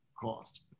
cost